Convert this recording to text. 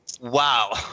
Wow